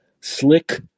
slick